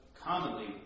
commonly